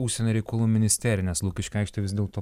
užsienio reikalų ministeriją nes lukiškių aikštė vis dėlto